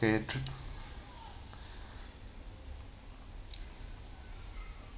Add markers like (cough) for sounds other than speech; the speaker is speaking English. okay (breath)